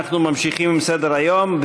אנחנו ממשיכים בסדר-היום.